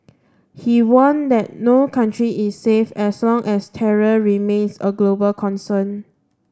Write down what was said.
he warned that no country is safe as long as terror remains a global concern